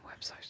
website